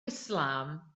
islam